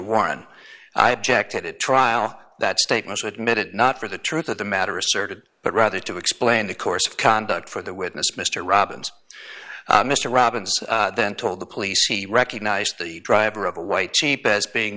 warren i objected at trial that statement to admit it not for the truth of the matter asserted but rather to explain the course of conduct for the witness mr robbins mr robinson then told the police he recognized the driver of a white jeep as being